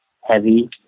heavy